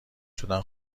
شدن